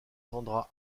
vendra